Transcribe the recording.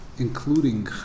Including